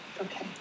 Okay